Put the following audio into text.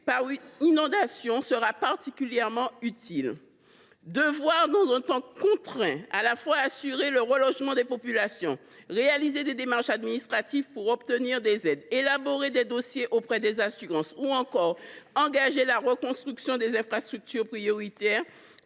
une inondation sera particulièrement utile. Devoir, dans un temps contraint, à la fois assurer le relogement des populations, réaliser les démarches administratives pour obtenir des aides, élaborer des dossiers auprès des assurances ou encore engager la reconstruction des infrastructures prioritaires